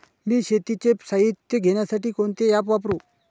मी शेतीचे साहित्य घेण्यासाठी कोणते ॲप वापरु?